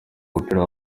w’umupira